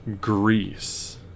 Greece